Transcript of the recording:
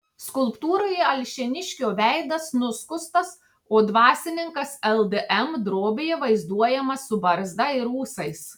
skulptūroje alšėniškio veidas nuskustas o dvasininkas ldm drobėje vaizduojamas su barzda ir ūsais